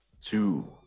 two